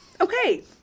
Okay